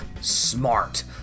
Smart